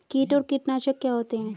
कीट और कीटनाशक क्या होते हैं?